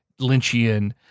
Lynchian